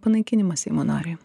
panaikinimą seimo nariui